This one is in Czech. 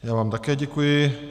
Já vám také děkuji.